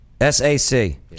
S-A-C